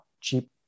cheap